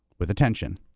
with attention,